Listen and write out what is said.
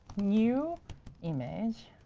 new image.